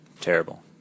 terrible